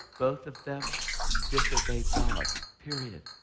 both of them disobeyed god. period.